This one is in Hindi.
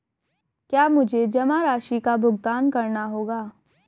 क्या मुझे जमा राशि का भुगतान करना होगा?